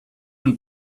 und